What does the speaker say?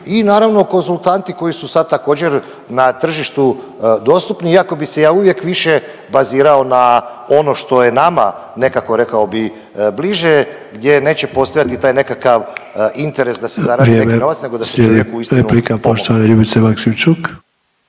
i naravno konzultanti koji su sad također na tržištu dostupni iako bi se ja uvijek više bazirao na ono što je nama nekako rekao bi bliže gdje neće postojati taj nekakav interes da se zaradi … …/Upadica Ante Sanader: Vrijeme./…